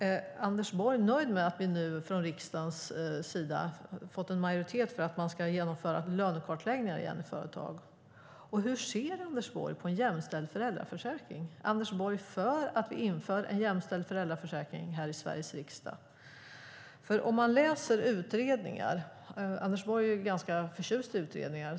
Är Anders Borg nöjd med att vi nu i riksdagen har fått en majoritet för att man ska genomföra lönekartläggningar igen i företag? Hur ser Anders Borg på en jämställd föräldraförsäkring? Är Anders Borg för att vi i Sveriges riksdag ska införa en jämställd föräldraförsäkring? Man kan läsa utredningar. Anders Borg är ganska förtjust i utredningar.